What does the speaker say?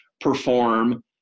perform